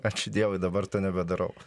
ačiū dievui dabar to nebedarau